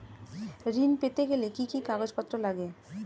ঋণ পেতে গেলে কি কি কাগজপত্র লাগে?